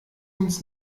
uns